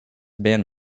band